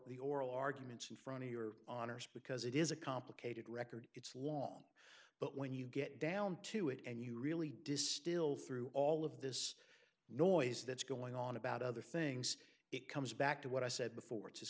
the oral arguments in front of your honor's because it is a complicated record it's long but when you get down to it and you really distill through all of this noise that's going on about other things it comes back to what i said before it